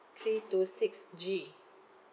three two six G